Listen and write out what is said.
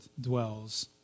dwells